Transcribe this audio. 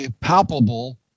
palpable